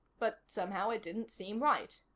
but, somehow, it didn't seem right.